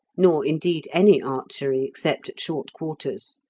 nor, indeed, any archery except at short quarters.